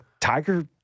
Tiger